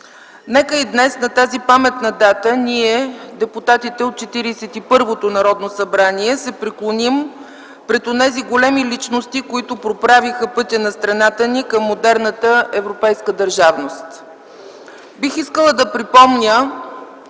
Нека и днес на тази паметна дата ние, депутатите от 41-то Народно събрание, се преклоним пред онези големи личности, които проправиха пътя на страната ни към модерната европейска държавност. Бих искала да припомня,